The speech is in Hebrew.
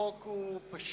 החוק הוא פשוט,